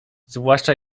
zwłaszcza